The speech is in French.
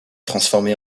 transformé